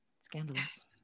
Scandalous